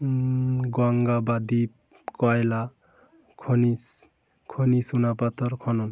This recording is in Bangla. গঙ্গা বা দ্বীপ কয়লা খনিজ খনিজ চুনাপথর খনন